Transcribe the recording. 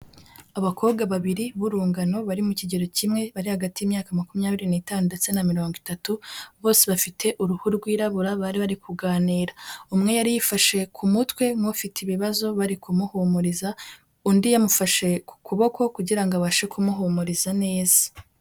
Abakobwa babiri b'urungano, bari mu kigero kimwe, bari hagati y'imyaka makumyabiri n'itanu ndetse na mirongo itatu, bose bafite uruhu rwirabura, bari bari kuganira, umwe yari yifashe ku mutwe nk'ufite ibibazo bari kumuhumuriza, undi yamufashe ku kuboko kugira abashe kumuhumuriza neza.